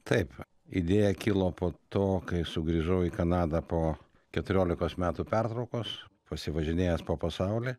taip idėja kilo po to kai sugrįžau į kanadą po keturiolikos metų pertraukos pasivažinėjęs po pasaulį